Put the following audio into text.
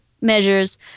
measures